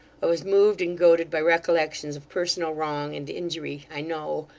i was moved and goaded by recollections of personal wrong and injury, i know,